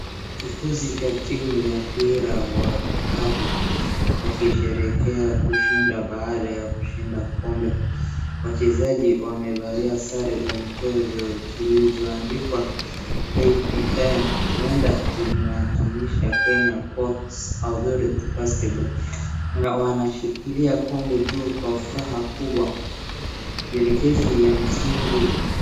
Kikosi cha timu ya mpira wa vikapu, wakisherehekea kushinda baada ya kushinda kombe. Wachezaji wamevalia sare za michezo zilizoandikwa KPA huenda ikimaanisha Kenya Sports Authority basketball, na wanashikilia kombe juu kwa furaha kubwa, elekezi ya msingi.